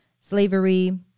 slavery